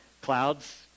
clouds